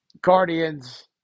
Guardians